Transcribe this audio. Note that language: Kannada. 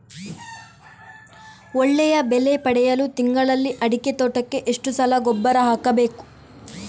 ಒಳ್ಳೆಯ ಬೆಲೆ ಪಡೆಯಲು ತಿಂಗಳಲ್ಲಿ ಅಡಿಕೆ ತೋಟಕ್ಕೆ ಎಷ್ಟು ಸಲ ಗೊಬ್ಬರ ಹಾಕಬೇಕು?